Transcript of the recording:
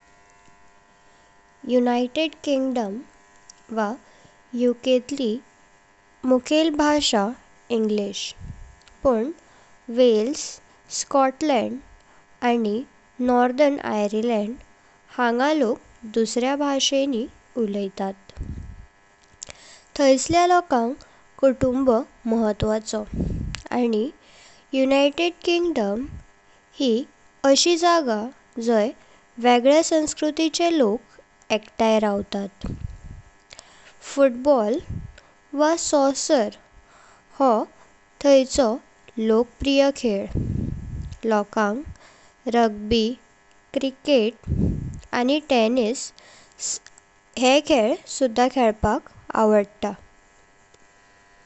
United Kingdom वा यूकेतली मुख्येल भाषा इंग्लिश, पण वेल्स, स्कॉटलैंड, आणि नॉर्दर्न आयर्लंड हांगा लोक दुसऱ्या भाषेनी उल्यतात। थाईसल्या लोकांक कुटुंब महत्वाचो आणि युनाइटेड किंग्डम हे अशी जागा जाई वेगले संस्कृतीचे लोक एकताई रावतात। फुटबॉल वा सॉकर हो तांचो लोकप्रिय खेळ, लोकांक रग्बी, क्रिकेट, आणि टेनिस हेय खेळ सुद्ध खेळपाक आवडता।